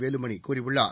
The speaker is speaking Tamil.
வேலுமணி கூறியுள்ளார்